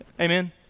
Amen